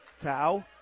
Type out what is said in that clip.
Tao